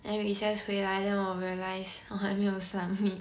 then recess 回来 then 我 realise 我还没有 submit